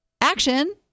action